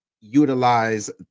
utilize